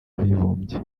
w’abibumbye